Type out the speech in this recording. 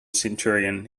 centurion